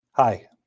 Hi